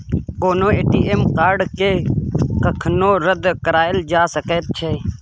कोनो ए.टी.एम कार्डकेँ कखनो रद्द कराएल जा सकैत छै